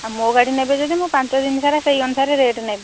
ମୋ ଗାଡ଼ି ନେବେ ଯଦି ମୁଁ ପାଞ୍ଚଦିନ ସାରା ମୁଁ ସେଇ ଅନୁସାରେ ରେଟ୍ ନେବି